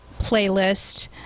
playlist